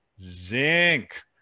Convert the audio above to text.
zinc